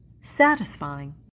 satisfying